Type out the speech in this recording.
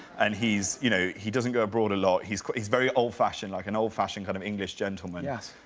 and he's, you know he doesn't go abroad a lot. he's he's very old-fashioned, like an old-fashioned kind of english gentleman. yes.